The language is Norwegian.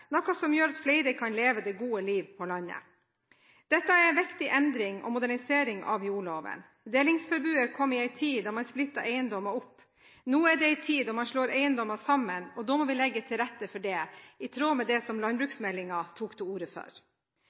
noe som gjør at flere kan leve det gode liv på landet. Dette er en viktig endring og modernisering av jordloven. Delingsforbudet kom i en tid da man splittet eiendommer opp. Nå er det en tid da man slår eiendommer sammen. Da må vi legge til rette for det, i tråd med det som landbruksmeldingen tok til orde for.